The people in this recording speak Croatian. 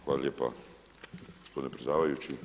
Hvala lijepa gospodine predsjedavajući.